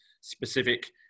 specific